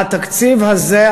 התקציב הזה,